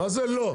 מה זה לא?